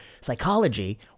psychology